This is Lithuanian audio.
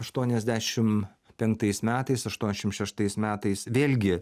aštuoniasdešim penktais metais aštuoniasdešim šeštais metais vėlgi